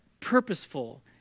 purposeful